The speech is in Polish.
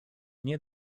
nie